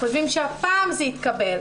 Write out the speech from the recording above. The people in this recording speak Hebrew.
הם חושבים שהפעם זה יתקבל,